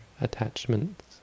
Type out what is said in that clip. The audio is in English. attachments